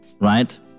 right